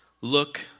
Look